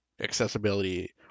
accessibility